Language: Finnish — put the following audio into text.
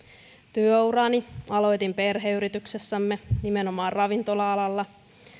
työurani aloitin perheyrityksessämme nimenomaan ravintola alalla